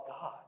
God